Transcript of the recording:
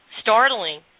startling